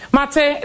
Mate